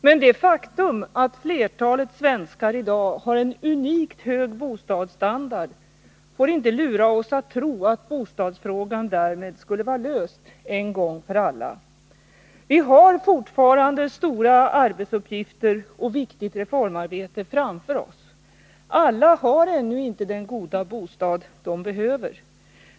Men det faktum att flertalet svenskar i dag har en unikt hög bostadsstandard får inte lura oss att tro att bostadsfrågan därmed skulle vara löst en gång för alla. Vi har fortfarande stora arbetsuppgifter och viktigt reformarbete framför oss. Alla har ännu inte den goda bostad de behöver.